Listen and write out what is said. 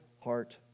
heart